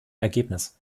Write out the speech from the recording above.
ergebnis